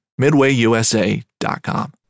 MidwayUSA.com